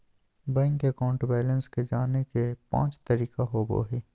bank account balance के जाने के पांच तरीका होबो हइ